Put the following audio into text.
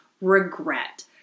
regret